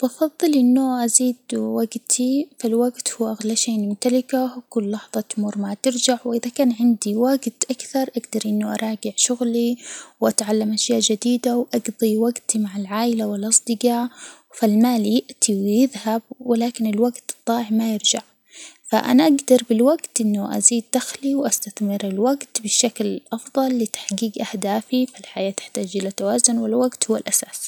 بفضل إنه أزيد وجتي، فالوجت هو أغلى شي نمتلكه وكل لحظة تمر ما ترجع، وإذا كان عندي وجت أكثر أجدر إنه أراجع شغلي وأتعلم أشياء جديدة واجضي وجتي مع العائلة والأصدجاء، فالمال يأتي ويذهب و لكن الوجت ضايع ما يرجع فأنا أجدر بالوجت إنه أزيد دخلي وأستثمر الوجت بشكل أفضل لتحجيج أهدافي، فالحياة تحتاج إلى توازن والوجت هو الأساس.